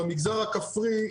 במגזר הכפרי,